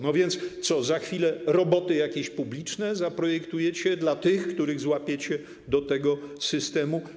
No więc co, za chwilę roboty jakieś publiczne zaprojektujecie dla tych, których złapiecie do tego systemu?